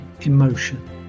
emotion